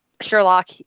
Sherlock